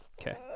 Okay